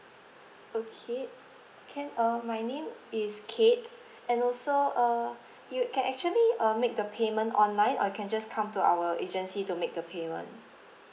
okay can uh my name is kate and also uh you can actually uh make the payment online or you can just come to our agency to make the payment